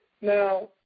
Now